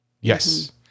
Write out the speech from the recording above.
Yes